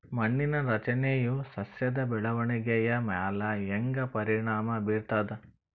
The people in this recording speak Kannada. ಮಣ್ಣಿನ ರಚನೆಯು ಸಸ್ಯದ ಬೆಳವಣಿಗೆಯ ಮ್ಯಾಲ ಹ್ಯಾಂಗ ಪರಿಣಾಮ ಬೀರ್ತದ?